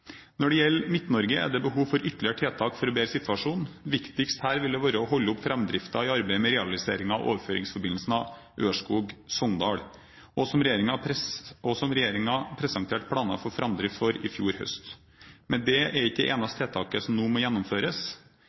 Når det gjelder Midt-Norge, er det behov for ytterligere tiltak for å bedre situasjonen. Viktigst her vil være å holde framdriften oppe i arbeidet med realiseringen av overføringsforbindelsen Ørskog–Sogndal, som regjeringen presenterte planer for framdrift for i fjor høst. Men dette er ikke det eneste tiltaket som nå må gjennomføres.